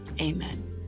Amen